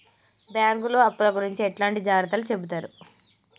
బ్యాంకులు అప్పుల గురించి ఎట్లాంటి జాగ్రత్తలు చెబుతరు?